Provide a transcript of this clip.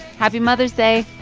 happy mother's day